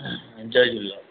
जय झूले